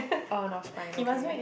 oh north spine okay